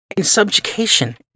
subjugation